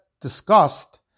discussed